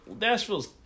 Nashville's